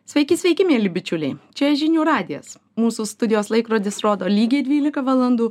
sveiki sveiki mieli bičiuliai čia žinių radijas mūsų studijos laikrodis rodo lygiai dvylika valandų